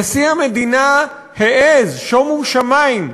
נשיא המדינה העז, שומו שמים,